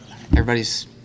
everybody's